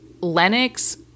Lennox